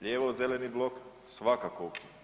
Lijevo zeleni blok svakako.